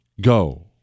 go